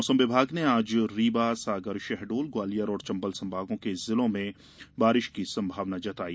मौसम विभाग ने आज रीवा सागर शहडोल ग्वालियर और चंबल संभागों के जिलों में बारिश की संभावना जताई